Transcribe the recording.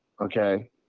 okay